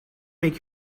make